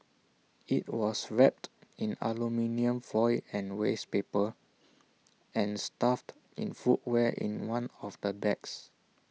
IT was wrapped in aluminium foil and waste paper and stuffed in footwear in one of the bags